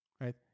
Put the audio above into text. right